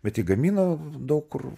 bet jį gamino daug kur